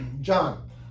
John